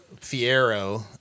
Fiero